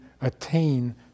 attain